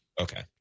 Okay